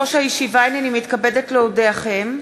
יושבת-ראש הישיבה, הנני מתכבדת להודיעכם,